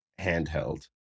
handheld